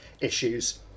issues